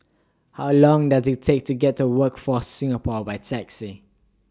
How Long Does IT Take to get to Workforce Singapore By Taxi